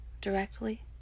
directly